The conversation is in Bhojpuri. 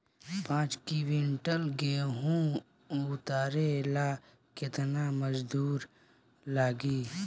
पांच किविंटल गेहूं उतारे ला केतना मजदूर लागी?